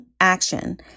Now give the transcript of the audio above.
action